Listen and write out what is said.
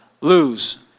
lose